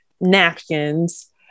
napkins